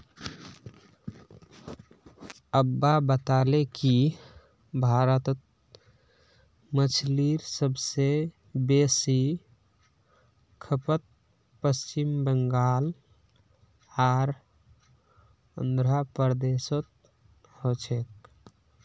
अब्बा बताले कि भारतत मछलीर सब स बेसी खपत पश्चिम बंगाल आर आंध्र प्रदेशोत हो छेक